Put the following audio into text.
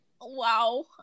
Wow